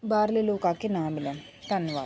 ਬਾਹਰਲੇ ਲੋਕ ਆ ਕੇ ਨਾ ਮਿਲਣ ਧੰਨਵਾਦ